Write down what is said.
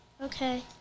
Okay